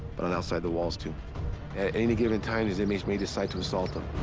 but and outside the walls too. at any given time these inmates may decide to assault them.